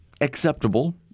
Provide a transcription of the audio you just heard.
acceptable